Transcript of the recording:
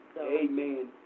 Amen